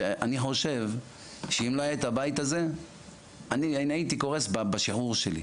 שאני חושב שאם לא היה הבית הזה אני הייתי קורס בשחרור שלי.